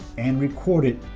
and record it